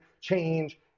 change